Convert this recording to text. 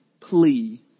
plea